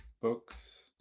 books